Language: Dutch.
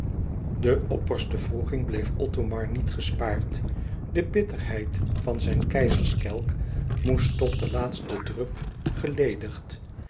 die opperste wroeging bleef othomar niet gespaard de bitterheid van zijn keizerskelk moest tot den laatsten drup geledigd